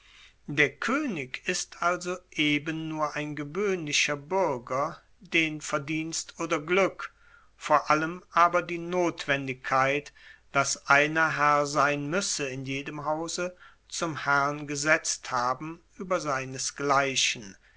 der koenig ist also eben nur ein gewoehnlicher buerger den verdienst oder glueck vor allem aber die notwendigkeit dass einer herr sein muesse in jedem hause zum herrn gesetzt haben ueber seinesgleichen